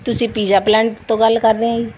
ਤੁਸੀਂ pizza planet ਤੋਂ ਗੱਲ ਕਰ ਰਹੇ ਆ ਜੀ